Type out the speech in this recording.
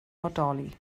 bodoli